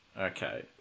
okay